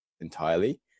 entirely